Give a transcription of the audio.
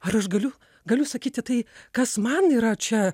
ar aš galiu galiu sakyti tai kas man yra čia